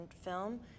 film